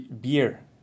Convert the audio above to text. Beer